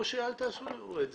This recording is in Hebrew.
או שאל תעשו את זה.